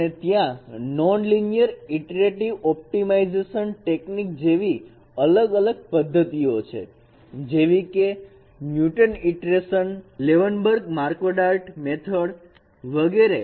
અને ત્યાં non linear iterative optimisation technique જેવી અલગ અલગ પદ્ધતિઓ છે જેવી કે Newton iteration "levenberg marquardt" method વગેરે